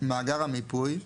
"מאגר המיפוי"